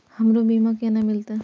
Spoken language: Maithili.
हमरो बीमा केना मिलते?